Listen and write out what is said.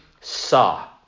saw